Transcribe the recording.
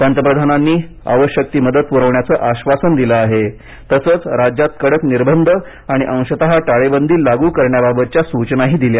पंतप्रधानांनी आवश्यक ती मदत पुरवण्याचं आश्वासन दिलं आहे तसच राज्यात कडक निर्बंध आणि अंशतः टाळेबंदी लागू करण्याबाबतच्या सूचनाही दिल्या